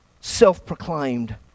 self-proclaimed